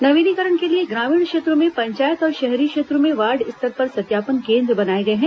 नवीनीकरण के लिए ग्रामीण क्षेत्रों में पंचायत और शहरी क्षेत्रों में वार्ड स्तर पर सत्यापन केन्द्र बनाए गए हैं